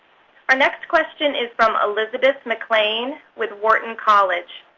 our next question is from elizabeth mclane with wharton college.